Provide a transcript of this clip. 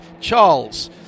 Charles